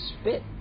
spit